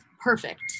perfect